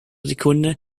sekunde